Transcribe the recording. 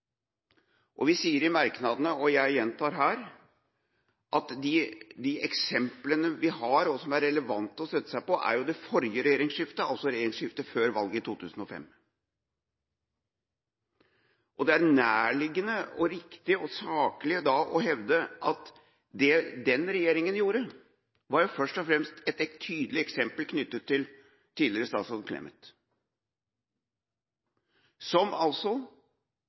prikke. Vi sier i merknadene – og jeg gjentar det her – at de eksemplene vi har, og som er relevante å støtte seg på, er det forrige regjeringsskiftet, altså regjeringsskiftet etter valget i 2005. Det er nærliggende og riktig og saklig da å hevde at det den regjeringa gjorde, først og fremst var et tydelig eksempel knyttet til tidligere statsråd Clemet, som altså